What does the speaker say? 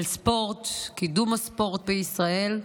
על ספורט, קידום הספורט בישראל.